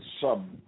sub